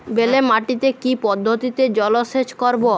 বেলে মাটিতে কি পদ্ধতিতে জলসেচ করব?